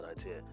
idea